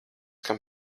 kam